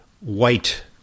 white